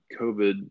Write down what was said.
COVID